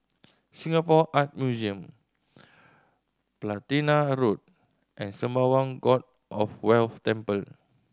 Singapore Art Museum Platina Road and Sembawang God of Wealth Temple